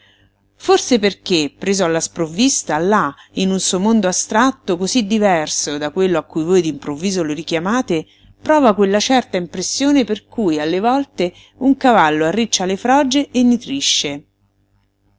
forse perché preso alla sprovvista là in un suo mondo astratto cosí diverso da quello a cui voi d'improvviso lo richiamate prova quella certa impressione per cui alle volte un cavallo arriccia le froge e nitrisce